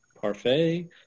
parfait